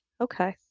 Okay